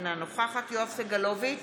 אינה נוכחת יואב סגלוביץ'